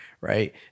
Right